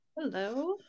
Hello